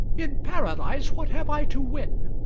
in paradise what have i to win?